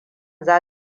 za